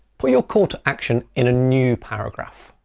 put your call to action in a new paragraph.